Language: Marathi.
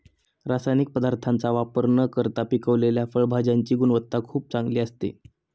रासायनिक पदार्थांचा वापर न करता पिकवलेल्या फळभाज्यांची गुणवत्ता खूप चांगली असते